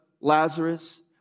Lazarus